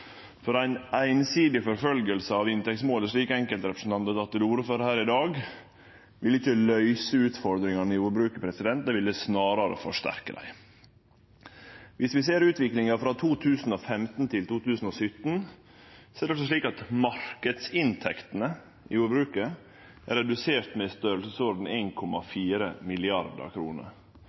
der ein ikkje einsidig forfølgjer inntektsmålet som det einaste saliggjerande i jordbrukspolitikken. Det er ganske viktig, for ei einsidig forfølging av inntektsmålet, slik enkeltrepresentantar har teke til orde for her i dag, ville ikkje løyse utfordringane i jordbruket, det ville snarare forsterke dei. Om vi ser utviklinga frå 2015 til 2017, er det altså slik at marknadsinntektene i jordbruket er reduserte med